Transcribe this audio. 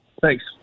Thanks